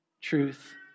truth